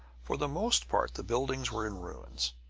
for the most part the buildings were in ruins.